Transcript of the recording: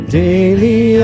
daily